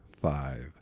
five